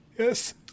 Yes